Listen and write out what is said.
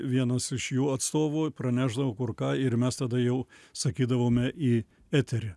vienas iš jų atstovų pranešdavo kur ką ir mes tada jau sakydavome į eterį